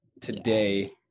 today